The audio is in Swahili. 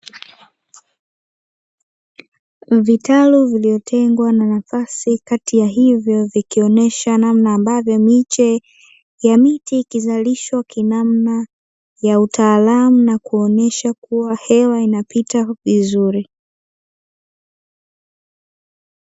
Vitalu vilivyotengwa na nafasi kati ya hivyo vikionyesha namna ambavyo miche ya miti ikizalishwa ki namna ya utaalamu na kuonesha kuwa hewa inapita vizuri.